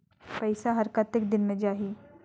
पइसा हर कतेक दिन मे जाही?